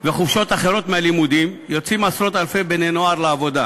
וחופשות אחרות מהלימודים יוצאים עשרות-אלפי בני-נוער לעבודה.